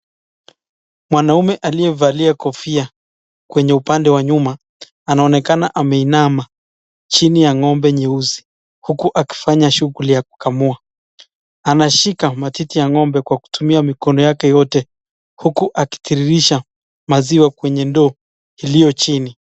Mwanaume aliyevalia kofia kwenye upande wa nyuma anaonekana ameinama chini ya ng'ombe nyeusi huku akifanya shughuli ya kukamua. Anashika matiti ya ng'ombe kwa kutumia mikono yake yote huku akitiririsha maziwa kwenye ndoo iliyo chini.